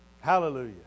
Hallelujah